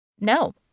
no